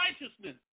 righteousness